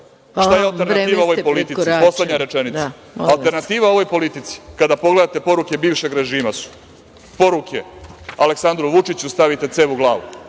Vreme ste prekoračili.)Poslednja rečenica. Alternativa ovoj politici, kada pogledate poruke bivšeg režima su poruke Aleksandru Vučiću, stavite celu glavu,